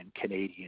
Canadian